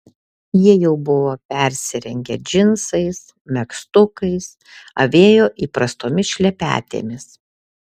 jie jau buvo persirengę džinsais megztukais avėjo įprastomis šlepetėmis